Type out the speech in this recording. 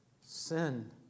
sin